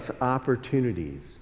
opportunities